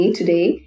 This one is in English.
today